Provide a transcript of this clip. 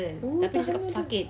oh tahan macam mana